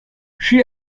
she